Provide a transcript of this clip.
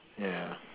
ya